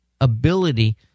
ability